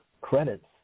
credits